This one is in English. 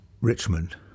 Richmond